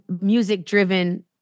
music-driven